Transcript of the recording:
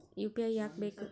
UPI ಯಾಕ್ ಬೇಕು?